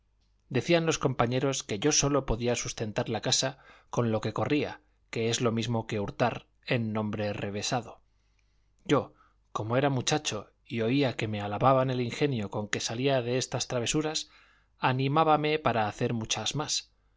decían los compañeros que yo solo podía sustentar la casa con lo que corría que es lo mismo que hurtar en nombre revesado yo como era muchacho y oía que me alababan el ingenio con que salía de estas travesuras animábame para hacer muchas más